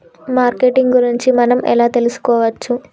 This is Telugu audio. మార్కెటింగ్ గురించి మనం ఎలా తెలుసుకోవచ్చు?